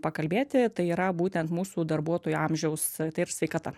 pakalbėti tai yra būtent mūsų darbuotojų amžiaus tai ir sveikata